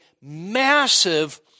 massive